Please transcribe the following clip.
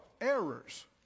errors